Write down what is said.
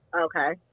Okay